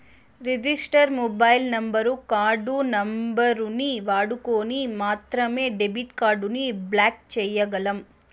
register mobile number, card నంబరుని వాడుకొని మాత్రమే డెబిట్ కార్డుని బ్లాక్ చేయ్యగలం